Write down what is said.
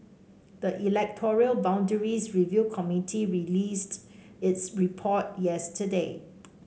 the electoral boundaries review committee released its report yesterday